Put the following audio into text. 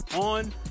on